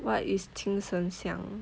what is 精神上